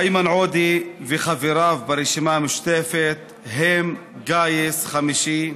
איימן עודה וחבריו ברשימה המשותפת הם גיס חמישי,